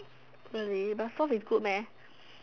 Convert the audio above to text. really but soft is good meh